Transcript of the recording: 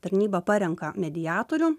tarnyba parenka mediatorių